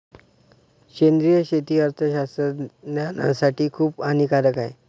सेंद्रिय शेती अर्थशास्त्रज्ञासाठी खूप हानिकारक आहे